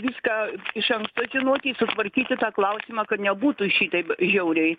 viską iš anksto žinoti sutvarkyti tą klausimą kad nebūtų šitaip žiauriai